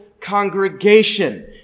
congregation